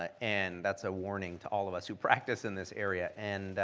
ah and that's a warning to all of us who practice in this area. and